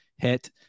Hit